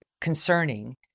concerning